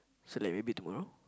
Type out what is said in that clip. so like maybe tomorrow